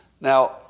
Now